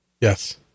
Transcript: yes